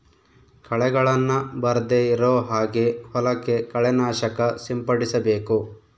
ಕಳೆಗಳನ್ನ ಬರ್ದೆ ಇರೋ ಹಾಗೆ ಹೊಲಕ್ಕೆ ಕಳೆ ನಾಶಕ ಸಿಂಪಡಿಸಬೇಕು